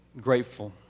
grateful